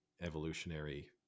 evolutionary